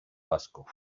vasco